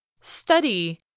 Study